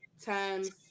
times